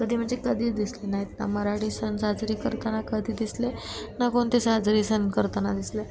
कधी म्हणजे कधी दिसले नाहीत ना मराठी सण साजरी करताना कधी दिसले ना कोणते साजरे सण करताना दिसले